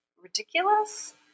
ridiculous